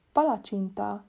Palacinta